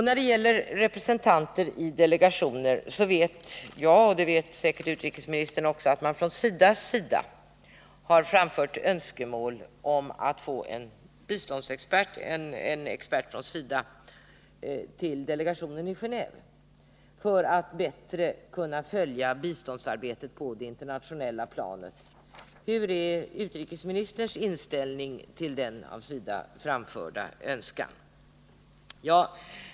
När det gäller representanter i delegationer vet jag, och det vet säkert utrikesministern också, att man från SIDA har framfört önskemål om att få sända en biståndsexpert till delegationen i Genåve för att man bättre skall kunna följa biståndsarbetet på det internationella planet. Hurudan är utrikesministerns inställning till den av SIDA framförda önskan?